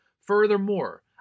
Furthermore